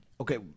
Okay